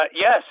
Yes